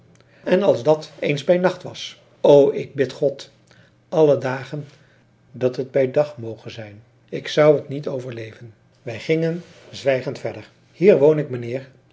en als dat eens bij nacht was o ik bid god alle dagen dat het bij dag moge zijn ik zou het niet overleven wij gingen zwijgend verder hier woon ik mijnheer